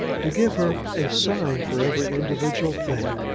to give her a sign for every individual thing,